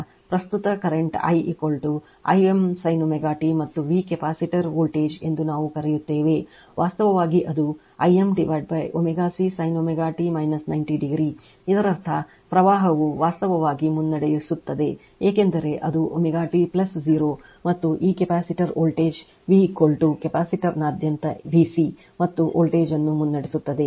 ಇದರರ್ಥ ಪ್ರಸ್ತುತ I I m sin ω t ಮತ್ತು V ಕೆಪಾಸಿಟರ್ ವೋಲ್ಟೇಜ್ ಎಂದು ನಾವು ಕರೆಯುತ್ತೇವೆ ವಾಸ್ತವವಾಗಿ ಅದು I m ω C sin ω t 90 degree ಇದರರ್ಥ ಪ್ರವಾಹವು ವಾಸ್ತವವಾಗಿ ಮುನ್ನಡೆಸುತ್ತದೆ ಏಕೆಂದರೆ ಅದು ω t 0 ಮತ್ತು ಈ ಕೆಪಾಸಿಟರ್ ವೋಲ್ಟೇಜ್ V ಕೆಪಾಸಿಟರ್ನಾದ್ಯಂತ ವಿಸಿ ಮತ್ತು ವೋಲ್ಟೇಜ್ ಅನ್ನು ಮುನ್ನಡೆಸುತ್ತದೆ